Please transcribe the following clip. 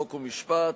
חוק ומשפט,